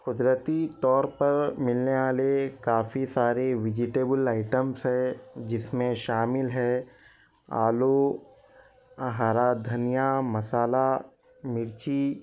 قدرتی طور پر ملنے والے کافی سارے ویجیٹیبل آئٹمس ہے جس میں شامل ہے آلو ہرا دھنیا مصالحہ مرچی